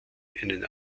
einen